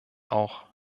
auch